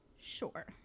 Sure